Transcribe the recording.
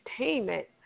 entertainment